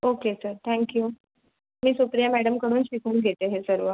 okay sir thank you मी सुप्रिया मॅडमकडून शिकून घेते हे सर्व